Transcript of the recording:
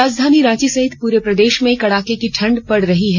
राजधानी रांची सहित पूरे प्रदेश में कड़ाके की ठंड पड़ रही है